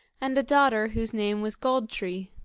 and a daughter whose name was gold-tree.